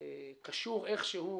קשור איכשהו